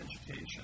education